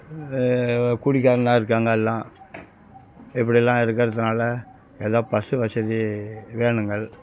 இது குடிகாரனாக இருக்காங்க எல்லாம் இப்படியெல்லாம் இருக்கிறதுனால எதா பஸ்ஸு வசதி வேணுங்கள்